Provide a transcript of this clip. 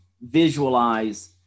visualize